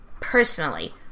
personally